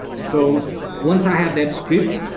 so once i have that script,